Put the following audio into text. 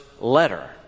letter